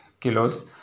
kilos